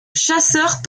chasseurs